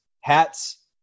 hats